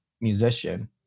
musician